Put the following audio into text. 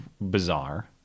bizarre